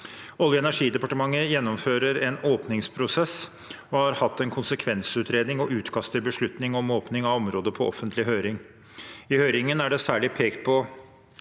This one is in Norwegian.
Olje- og energidepartementet gjennomfører en åpningsprosess og har hatt en konsekvensutredning og utkast til beslutning om åpning av området på offentlig høring. I høringen er det særlig pekt på